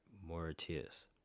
Mauritius